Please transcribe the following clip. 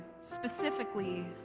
specifically